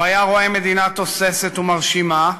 הוא היה רואה מדינה תוססת ומרשימה,